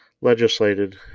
legislated